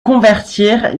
convertir